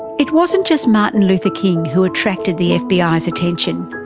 it wasn't just martin luther king who attracted the fbi's attention.